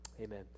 Amen